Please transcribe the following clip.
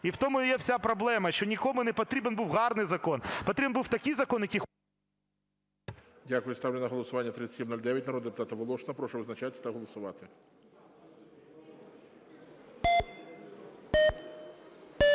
І в тому є вся проблема, що нікому не потрібен був гарний закон. Потрібен був такий закон, який… ГОЛОВУЮЧИЙ. Дякую. Ставлю на голосування 3709 народного депутата Волошина. Прошу визначатись та голосувати. 22:29:48 За-27